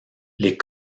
les